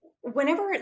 whenever